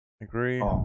agree